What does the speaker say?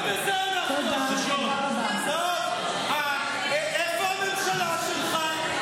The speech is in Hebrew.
גם בזה אנחנו אשמים, איפה הממשלה שלך?